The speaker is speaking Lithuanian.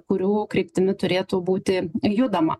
kurių kryptimi turėtų būti judama